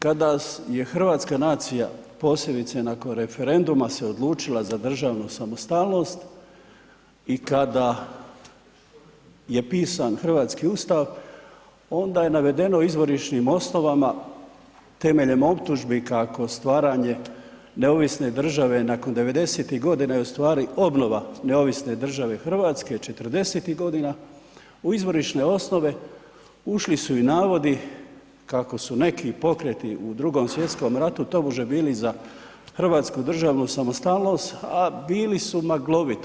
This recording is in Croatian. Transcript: Kada je hrvatska nacija posebice nakon referenduma se odlučila za državnu samostalnost i kada je pisan hrvatski Ustav, onda je navedeno Izvorišnim osnovama temeljem optužbi kako stvaranje neovisne države nakon '90.-tih godina je ustvari obnova neovisne države Hrvatske '40.-tih godina u Izvorišne osnove ušli su i navodi kako su neki pokreti u Drugom svjetskom ratu tobože bili za hrvatsku državnu samostalnost a bili su maglovito.